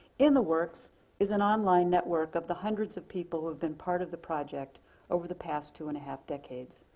in the works is an online network of the hundreds of people who have been part of the project over the past two and one half decades.